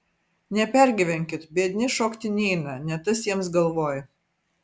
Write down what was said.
nepergyvenkit biedni šokti neina ne tas jiems galvoj